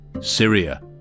Syria